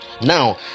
Now